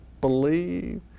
believe